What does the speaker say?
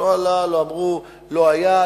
לא עלה, לא אמרו, לא היה.